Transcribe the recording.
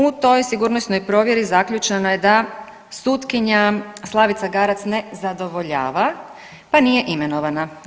U toj sigurnosnoj provjeri zaključeno je da sutkinja Slavica Garac ne zadovoljava, pa nije imenovana.